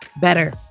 better